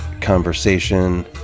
conversation